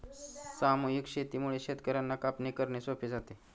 सामूहिक शेतीमुळे शेतकर्यांना कापणी करणे सोपे जाते